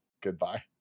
goodbye